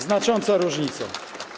Znacząca różnica.